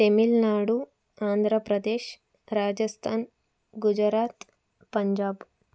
Tamil Nadu Andhra Pradesh Rajasthan Gujarat Punjab